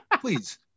Please